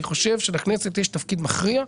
אני חושב שלכנסת יש תפקיד מכריע.